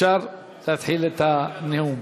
אפשר להתחיל את הנאום.